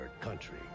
Country